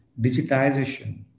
digitization